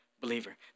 believer